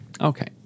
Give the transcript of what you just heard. Okay